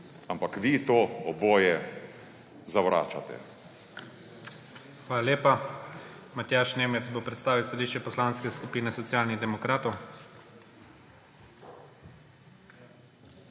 ampak vi to oboje zavračate.